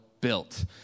built